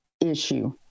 issue